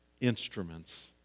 instruments